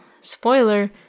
Spoiler